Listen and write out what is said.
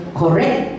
correct